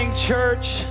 church